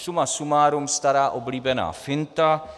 Suma sumárum, stará oblíbená finta.